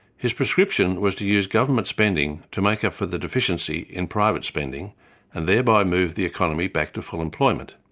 his prescription was to use government spending to make up for the deficiency in private spending and thereby move the economy back to full employment.